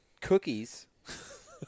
cookies